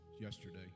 yesterday